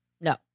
No